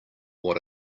what